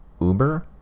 Uber